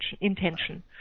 intention